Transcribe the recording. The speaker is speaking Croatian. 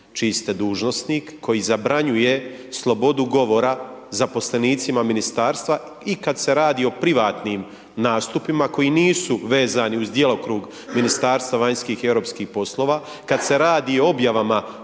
ste dužnosnik koji zabranjuje slobodu govora zaposlenicima ministarstva i kad se radi o privatnim nastupima koji nisu vezani uz djelokrug Ministarstva vanjskih i europskih poslova, kad se radi o objavama na